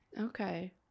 Okay